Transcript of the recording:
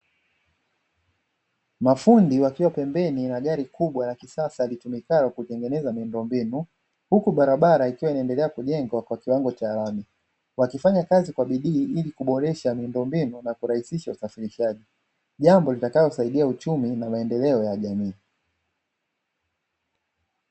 Mafundi wakiwa pembeni na gari kubwa la kisasa litumikalo kutengeneza miundombinu, huku barabara ikiwa inaendelea kujengwa kwa kiwango cha lami wakifanya kazi kwa bidii ili kuboresha miundombinu na kurahisisha usafirishaji, jambo litakalosaidia uchumi na maendeleo ya jamii.